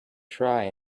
try